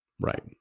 Right